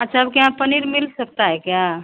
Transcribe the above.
अच्छा आपके यहाँ पनीर मिल सकता है क्या